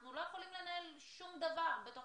אנחנו לא יכולים לנהל שום דבר בתוך